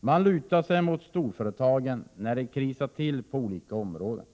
Man lutar sig mot de stora företagen när det krisar till på olika områden.